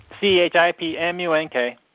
C-H-I-P-M-U-N-K